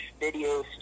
videos